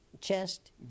chest